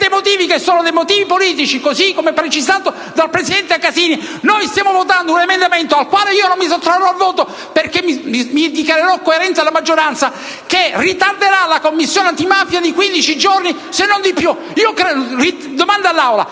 per dei motivi che sono dei motivi politici, così come precisato dal presidente Casini, noi stiamo votando un emendamento - sul quale non mi sottrarrò al voto, perché mi dichiarerò coerente alla maggioranza - che ritarderà la Commissione antimafia di 15 giorni, se non di più! Domando all'Aula: